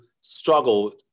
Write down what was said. struggle